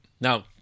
Now